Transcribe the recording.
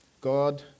God